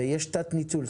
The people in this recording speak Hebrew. ויש תת ניצול.